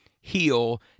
heal